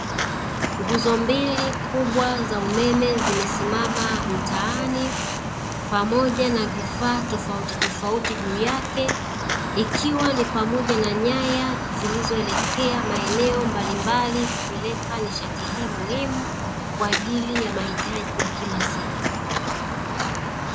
Nguzo mbili kubwa za umeme zimesimama mtaani, pamoja na vifaa tofautitofauti juu yake, ikiwa ni pamoja na nyaya zilizoelekea maeneo mbalimbali kupeleka nishati hii muhimu, kwa ajili ya mahitaji ya kila siku.